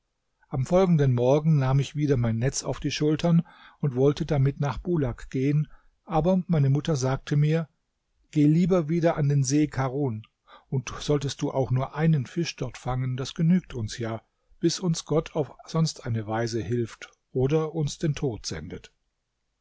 am folgenden morgen nahm ich wieder mein netz auf die schultern und wollte damit nach bulak gehen aber meine mutter sagte mir geh lieber wieder an den see karun und solltest du auch nur einen fisch dort fangen das genügt uns ja bis uns gott auf sonst eine weise hilft oder uns den tod sendet